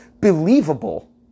believable